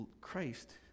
Christ